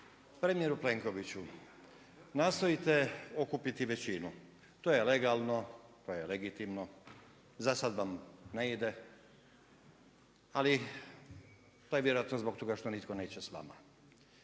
Premijeru Plenkoviću, nastojite okupiti većinu. To je legalno, to je legitimno. Za sad vam ne ide, ali pa i vjerojatno zbog toga što nitko neće sa vama.